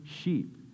sheep